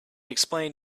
explain